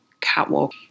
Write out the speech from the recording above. catwalk